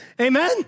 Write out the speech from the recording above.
amen